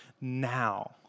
now